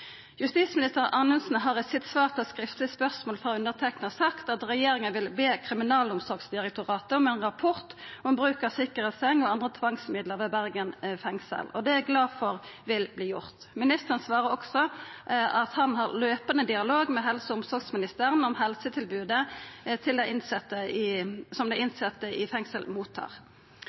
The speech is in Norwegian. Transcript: Justisminister Anundsen har i svar på eit skriftleg spørsmål frå meg sagt at regjeringa vil be Kriminalomsorgsdirektoratet om ein rapport om bruk av sikkerheitsseng og andre tvangsmiddel ved Bergen fengsel. Det er eg glad for vert gjort. Ministeren svarer også at han har løpande dialog med helse- og omsorgsministeren om helsetilbodet til dei innsette.